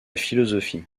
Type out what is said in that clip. philosophie